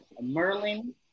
Merlin